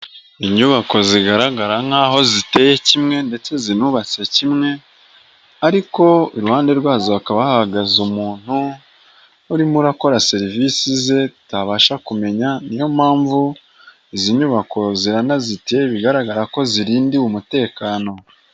Inyubako zigaragara nk'aho ziteye kimwe ndetse zinubatse kimwe, ariko iruhande rwazo hakaba hahagaze umuntu urimo akora serivisi ze utabasha kumenya, ni yo mpamvu izi nyubako ziranazitiye, bigaragara ko zirindiwe umutekano.